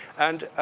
and